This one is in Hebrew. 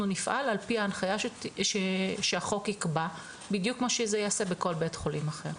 נפעל על פי ההנחיה שהחוק יקבע בדיוק כמו שזה ייעשה בכל בית חולים אחר.